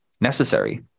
necessary